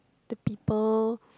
the people